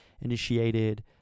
initiated